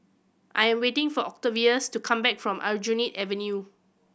I am waiting for Octavius to come back from Aljunied Avenue